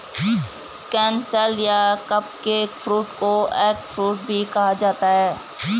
canistel या cupcake fruit को eggfruit भी कहा जाता है